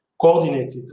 coordinated